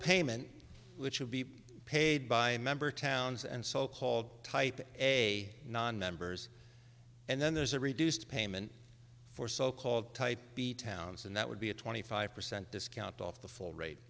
payment which would be paid by member towns and so called type a nonmembers and then there's a reduced payment for so called type b towns and that would be a twenty five percent discount off the full rate